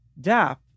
DAP